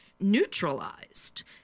neutralized